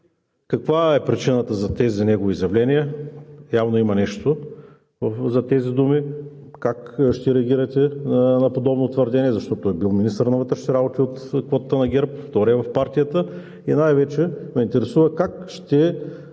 Каква е причината за тези негови изявления, явно има нещо зад тези думи?! Как ще реагирате на подобно твърдение, защото е бил министър на вътрешните работи от квотата на ГЕРБ, вторият в партията?! И най-вече ме интересува как ще